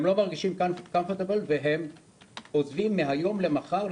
הם לא מרגישים בנוח והם עוזבים מהיום למחר,